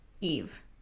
Eve